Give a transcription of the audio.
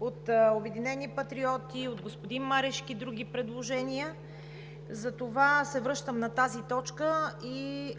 от „Обединени патриоти“, от господин Марешки други предложения. Затова се връщам на тази точка и